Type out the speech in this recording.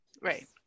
Right